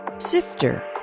sifter